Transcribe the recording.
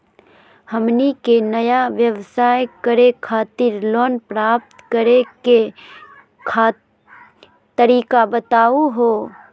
हमनी के नया व्यवसाय करै खातिर लोन प्राप्त करै के तरीका बताहु हो?